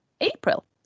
April